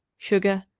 sugar,